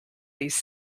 these